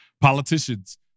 politicians